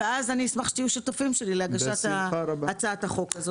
ואני אשמח שתהיו שותפים שלי להגשת הצעת החוק.